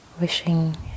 Wishing